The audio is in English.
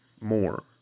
more